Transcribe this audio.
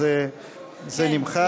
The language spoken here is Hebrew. אז זה נמחק.